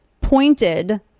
pointed